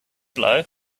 blow